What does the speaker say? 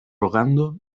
rogando